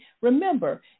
Remember